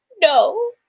No